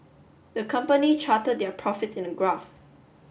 the company charted their profits in a graph